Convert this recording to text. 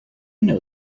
know